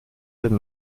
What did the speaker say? den